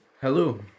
Hello